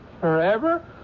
Forever